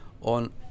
on